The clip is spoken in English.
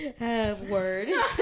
Word